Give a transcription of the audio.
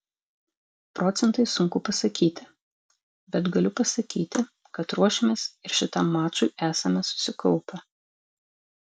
procentais sunku pasakyti bet galiu pasakyti kad ruošėmės ir šitam mačui esame susikaupę